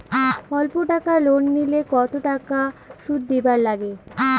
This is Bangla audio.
অল্প টাকা লোন নিলে কতো টাকা শুধ দিবার লাগে?